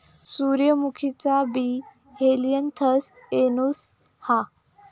सूर्यमुखीचा बी Helianthus annuus हा